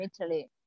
Italy